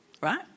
right